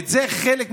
וזה חלק מזה.